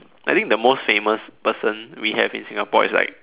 I think the most famous person we have in Singapore is like